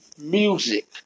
music